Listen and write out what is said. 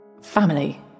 family